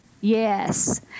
Yes